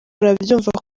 urabyumva